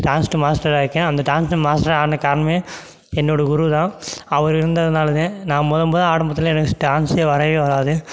dance மாஸ்டராக இருக்கேன் அந்த டான்ஸு மாஸ்டராக ஆன காரணமே என்னோடய குரு தான் அவர் இருந்ததுனாலே தான் நான் மொதல் மொதல் ஆடும்போதெல்லாம் எனக்கு டான்ஸே வரவே வராது